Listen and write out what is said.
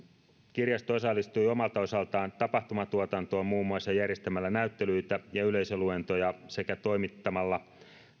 kirjasto osallistui omalta osaltaan tapahtumatuotantoon muun muassa järjestämällä näyttelyitä ja yleisöluentoja sekä toimittamalla